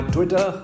Twitter